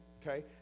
okay